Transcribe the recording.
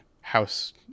House